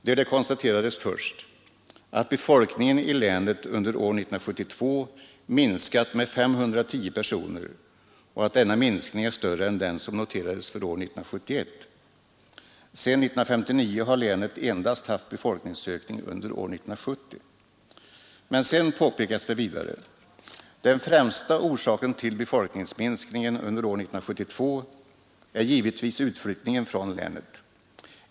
Där konstaterades det först att befokningen i länet under år 1972 minskat med 510 personer och att denna minskning är större än den som noterades för år 1971. Sedan 1959 har länet endast haft befolkningsökning under år 1970. Men sedan påpekas det vidare: Den främsta orsaken till befolkningsminskningen under år 1972 är givetvis utflyttningen från länet.